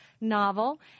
novel